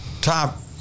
top